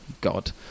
god